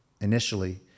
initially